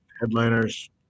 headliners